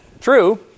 true